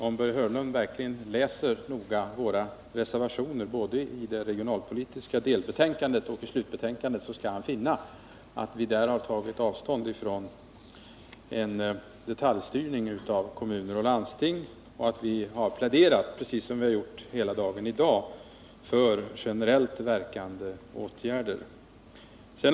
Om Börje Hörnlund noga läser våra reservationer, både i det regionalpolitiska delbetänkandet och i slutbetänkandet, skall han finna att vi där har tagit avstånd från en detaljstyrning av kommuner och landsting och att vi har pläderat — precis som vi har gjort hela dagen i dag — för generellt verkande åtgärder.